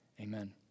Amen